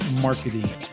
marketing